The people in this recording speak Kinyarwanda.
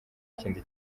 kindi